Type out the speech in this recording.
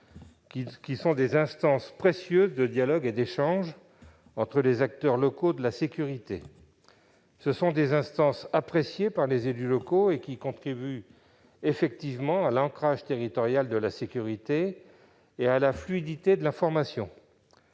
sont des instances précieuses de dialogue et d'échange entre les acteurs locaux de la sécurité. Ils sont appréciés par les élus locaux et contribuent à l'ancrage territorial de la sécurité et à la fluidité de l'information.